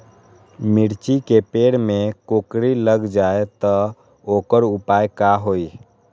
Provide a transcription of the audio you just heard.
मिर्ची के पेड़ में कोकरी लग जाये त वोकर उपाय का होई?